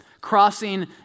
crossing